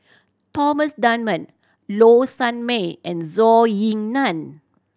Thomas Dunman Low Sanmay and Zhou Ying Nan